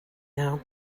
know